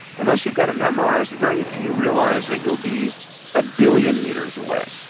unless you've got it memorized, very few realize that you'll be a billion meters away.